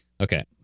Okay